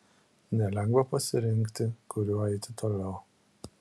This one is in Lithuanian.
nelengva pasirinkti kuriuo eiti toliau